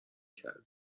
کردیم